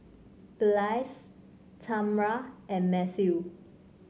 Blaise Tamra and Matthew